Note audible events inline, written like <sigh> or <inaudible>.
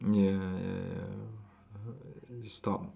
ya ya ya <noise> stop